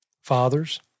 Fathers